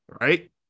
right